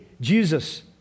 Jesus